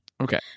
Okay